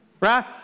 Right